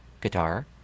guitar